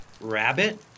Rabbit